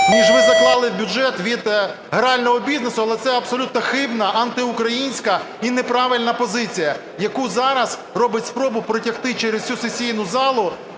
ніж ви заклали в бюджет від грального бізнесу. Але це абсолютно хибна антиукраїнська і неправильна позиція, яку зараз робить спробу протягти через всю сесійну залу